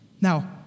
Now